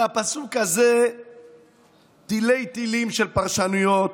על הפסוק הזה יש תילי-תילים של פרשנויות.